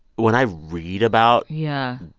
when i read about. yeah.